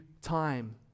time